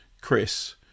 Chris